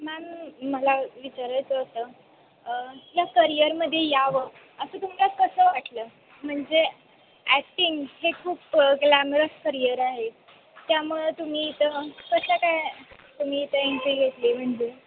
ma'am मला विचारायचं होतं या करियरमध्ये यावं असं तुम्हाला कसं वाटलं म्हणजे ॲटिन हे खूप ग्लॅमरस करियर आहे त्यामुळं तुम्ही इथं कशा काय तुम्ही इथं एंटी घेतली म्हणजे